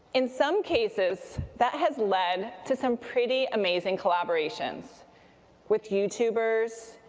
in some cases, that has led to some pretty amazing collaborations with youtubeers,